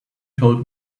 told